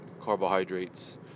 carbohydrates